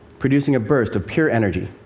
producing a burst of pure energy.